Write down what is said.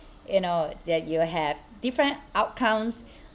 you know that you have different outcomes